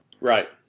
Right